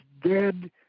dead